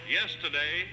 yesterday